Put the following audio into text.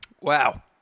Wow